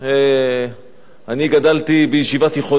אני גדלתי בישיבה תיכונית,